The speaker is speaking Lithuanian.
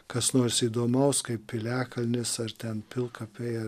kas nors įdomaus kaip piliakalnis ar ten pilkapiai